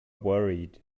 worried